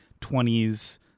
20s